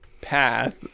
path